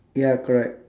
ya correct